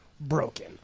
broken